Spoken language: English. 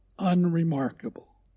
unremarkable